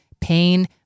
pain